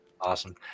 Awesome